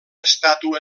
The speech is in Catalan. estàtua